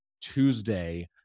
Tuesday